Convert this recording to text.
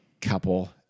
couple